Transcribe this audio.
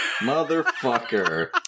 motherfucker